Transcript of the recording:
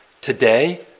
today